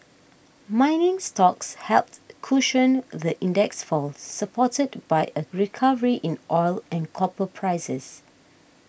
mining stocks helped cushion the index's fall supported by a recovery in oil and copper prices